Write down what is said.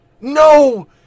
No